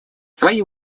свои